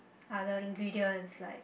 other ingredients like